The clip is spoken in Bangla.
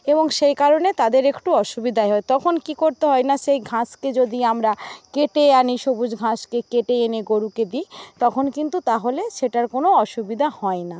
এবং সেই কারণে তাদের একটু অসুবিধাই হয় তখন কি করতে হয় না সেই ঘাসকে যদি আমরা কেটে আনি সবুজ ঘাসকে কেটে এনে গরুকে দিই তখন কিন্তু তাহলে সেটার কোনো অসুবিধা হয় না